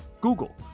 Google